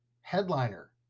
headliner